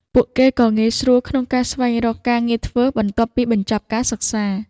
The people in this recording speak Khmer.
ពួកគេក៏ងាយស្រួលក្នុងការស្វែងរកការងារធ្វើបន្ទាប់ពីបញ្ចប់ការសិក្សា។